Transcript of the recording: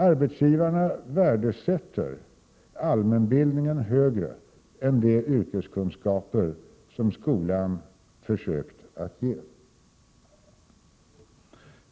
Arbetsgivarna värdesätter allmänbildningen högre än de yrkeskunskaper som skolan försökt att ge.